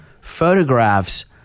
photographs